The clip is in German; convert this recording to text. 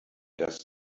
das